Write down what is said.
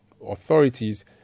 authorities